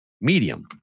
medium